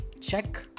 check